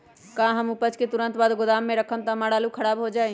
का हम उपज के तुरंत बाद गोदाम में रखम त हमार आलू खराब हो जाइ?